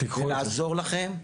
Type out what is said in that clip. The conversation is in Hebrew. ולעזור לכם,